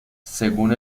según